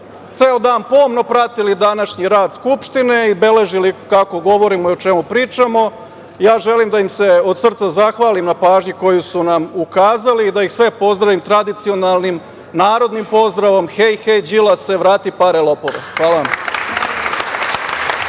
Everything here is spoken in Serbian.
ceo dan pomno pratili današnji rad Skupštine i beležili kako govorimo i o čemu pričamo, želim da im se od srca zahvalim na pažnji koju su nam ukazali i da ih sve pozdravim tradicionalnim narodnim pozdravom – hej, hej, Đilase, vrati pare lopove. Hvala vam.